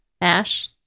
Ash